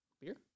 Beer